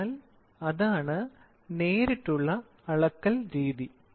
അതിനാൽ അതാണ് നേരിട്ടുള്ള അളക്കൽ രീതി